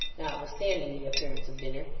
notwithstanding the appearance of dinner,